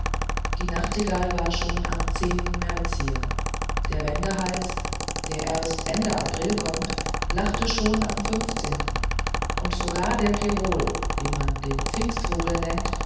die nachtigall war schon am märz hier der wendehals der erst ende april kommt lachte schon am und sogar der pirol den man den pfingstvogel nennt